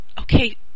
okay